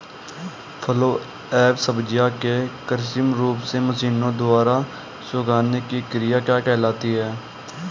फलों एवं सब्जियों के कृत्रिम रूप से मशीनों द्वारा सुखाने की क्रिया क्या कहलाती है?